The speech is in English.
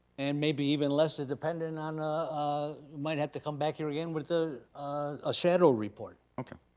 and maybe even less a dependent on, ah might have to come back here again with ah a shadow report. okay,